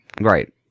Right